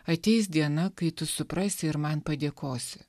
ateis diena kai tu suprasi ir man padėkosi